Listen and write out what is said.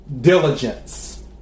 Diligence